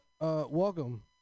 Welcome